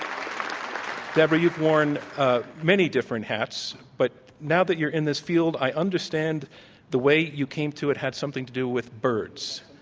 um deborah, you've worn many different hats. but now that you're in this field, i understand the way you came through it had something to do with birds.